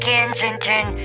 Kensington